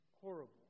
horrible